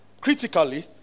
critically